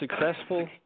successful